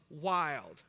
Wild